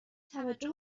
توجه